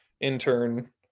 intern